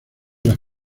las